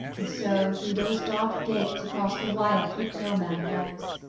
and so through those dark gates across the wild that no man knows.